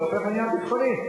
זה הופך לעניין ביטחוני,